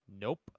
Nope